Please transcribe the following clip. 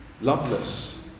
loveless